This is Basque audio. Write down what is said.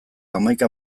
hamaika